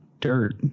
dirt